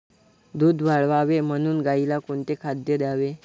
दूध वाढावे म्हणून गाईला कोणते खाद्य द्यावे?